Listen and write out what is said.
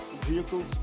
vehicles